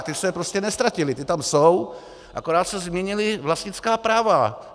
Ty se prostě neztratily, ty tam jsou, akorát se změnila vlastnická práva.